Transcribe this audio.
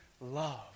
love